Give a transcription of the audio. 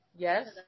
Yes